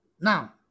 Now